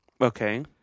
Okay